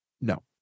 no